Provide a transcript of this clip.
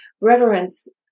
reverence